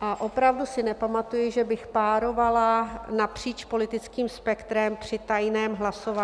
a opravdu si nepamatuji, že bych párovala napříč politickým spektrem při tajném hlasování.